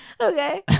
Okay